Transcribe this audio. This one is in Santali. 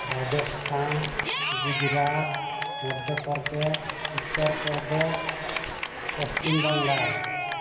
ᱨᱟᱡᱚᱥᱛᱷᱟᱱ ᱜᱩᱡᱚᱨᱟᱴ ᱢᱚᱫᱽᱫᱷᱚ ᱯᱨᱚᱫᱮᱥ ᱩᱛᱛᱚᱨ ᱯᱨᱚᱫᱮᱥ ᱯᱚᱥᱪᱷᱤᱢ ᱵᱟᱝᱜᱟᱞ